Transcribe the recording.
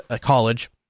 college